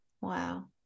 wow